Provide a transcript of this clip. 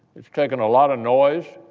it's taken a lot of noise